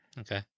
Okay